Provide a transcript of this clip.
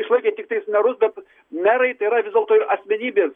išlaikė tiktais merus bet merai tai yra vis dėlto ir asmenybės